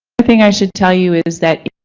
thing i should tell you is that.